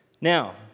now